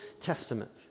Testament